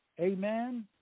Amen